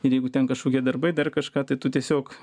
ir jeigu ten kažkokie darbai dar kažką tai tu tiesiog